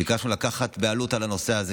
ביקשנו לקחת בעלות על הנושא הזה,